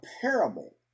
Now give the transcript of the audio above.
parable